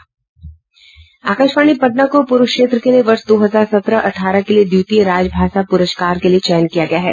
आकाशवाणी पटना को पूर्व क्षेत्र के लिए वर्ष दो हजार सत्रह अठारह के लिए द्वितीय राजभाषा पुरस्कार के लिए चयन किया गया है